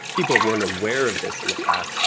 people weren't aware of this in the past.